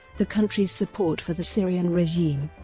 the country's support for the syrian regime,